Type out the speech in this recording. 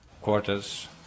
quarters